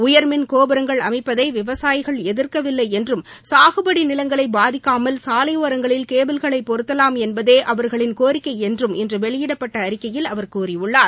உயர்மின் கோபுரங்கள் அமைப்பதை விவசாயிகள் எதிர்க்கவில்லை என்றும் சாகுபடி நிலங்களை பாதிக்காமல் சாலையோரங்களில் கேபிள்கள் பொருத்தலாம் என்பதே அவர்களின் கோரிக்கை என்றும் இன்று வெளியிட்ட அறிக்கையில் அவர் கூறியுள்ளார்